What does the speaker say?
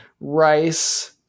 rice